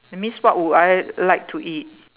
that means what would I like to eat